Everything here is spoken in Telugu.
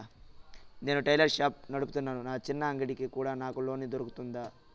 నేను టైలర్ షాప్ నడుపుతున్నాను, నా చిన్న అంగడి కి కూడా నాకు లోను దొరుకుతుందా?